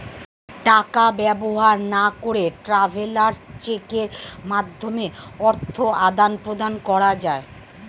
টাকা ব্যবহার না করে ট্রাভেলার্স চেকের মাধ্যমে অর্থ আদান প্রদান করা যায়